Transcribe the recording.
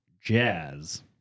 jazz